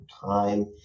time